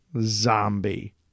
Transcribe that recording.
Zombie